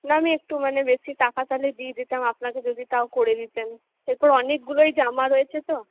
না আমি একটু মানে বেশি টাকা তাহলে দিয়ে দিতাম আপনাকে যদি তাও করে দিতেন সে তো অনেকগুলোই জামা রয়েছে তো